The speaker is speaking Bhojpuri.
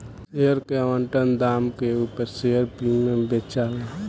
शेयर के आवंटन दाम के उपर शेयर प्रीमियम बेचाला